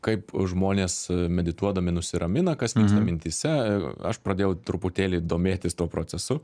kaip žmonės medituodami nusiramina kas vyksta mintyse aš pradėjau truputėlį domėtis tuo procesu